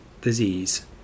disease